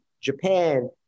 Japan